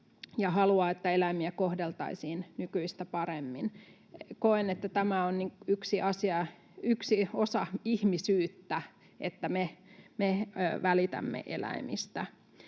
ja haluavat, että eläimiä kohdeltaisiin nykyistä paremmin. Koen, että tämä on yksi osa ihmisyyttä, että me välitämme eläimistä.